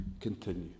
continue